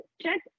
check